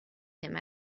him